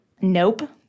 Nope